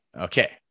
okay